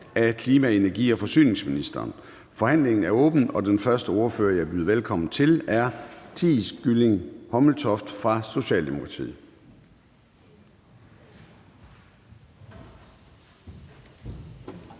Forhandling Formanden (Søren Gade): Forhandlingen er åbnet, og den første ordfører, jeg byder velkommen til, er Theis Kylling Hommeltoft fra Socialdemokratiet.